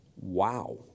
Wow